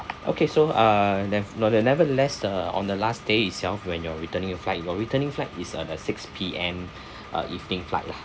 okay so uh nev~ n~ the nevertheless uh on the last day itself when you're returning your flight your returning flight is uh the six P_M uh evening flight lah